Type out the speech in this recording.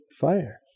fire